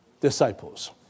disciples